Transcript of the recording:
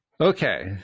Okay